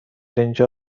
اینجا